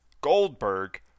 Goldberg